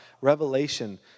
Revelation